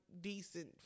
decent